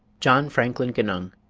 john franklin genung,